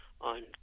On